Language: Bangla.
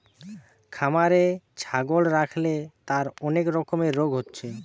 খামারে ছাগল রাখলে তার অনেক রকমের রোগ হচ্ছে